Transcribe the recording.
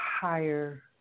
higher